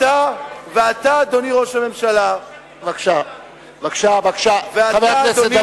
אתה, אדוני ראש הממשלה, איפה הייתם שלוש שנים?